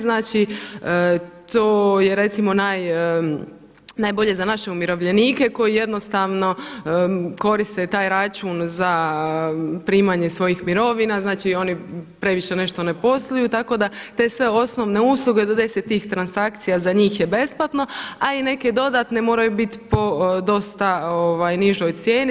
Znači to je recimo najbolje za naše umirovljenike koji jednostavno koriste taj račun za primanje svojih mirovina, znači oni previše nešto ne posluju tako da te sve osnovne usluge do 10 tih transakcija za njih je besplatno a i neke dodatne moraju biti po dosta nižoj cijeni.